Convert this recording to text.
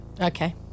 Okay